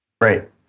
Right